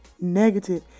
negative